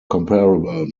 comparable